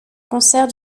concert